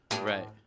Right